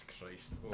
Christ